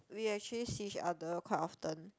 we actually see each other quite often